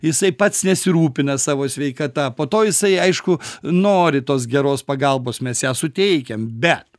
jisai pats nesirūpina savo sveikata po to jisai aišku nori tos geros pagalbos mes ją suteikiam bet